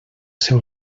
seu